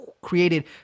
created